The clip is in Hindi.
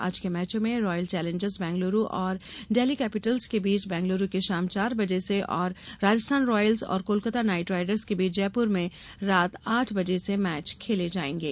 आज के मैचों में रॉयल चौलेंजर्स बेंगलौर और डेल्ही कैपिटल्स के बीच बंगलुरू में शाम चार बजे से और राजस्थान रॉयल्स और कोलकाता नाईट राइडर्स के बीच जयपुर में रात आठ बजे से मैच खेले जाएंगे